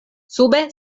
sube